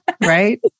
Right